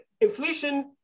Inflation